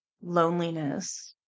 loneliness